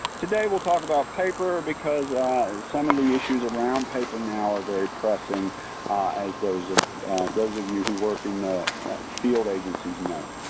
today we'll talk about paper because some of the issues around paper now are very pressing as those ah those of you who work in the field agencies know.